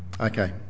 Okay